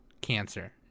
cancer